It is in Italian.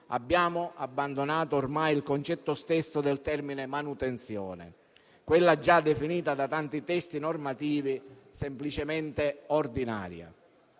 abbiamo abbandonato ormai il concetto stesso del termine manutenzione, quella già definita da tanti testi normativi semplicemente ordinaria.